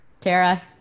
Tara